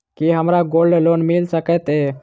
की हमरा gold loan मिल सकैत ये?